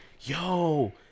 yo